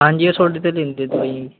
ਹਾਂਜੀ ਉਹ ਤੁਹਾਡੇ ਤੋਂ ਲੈਂਦੇ ਦਵਾਈਆਂ ਜੀ